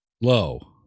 Low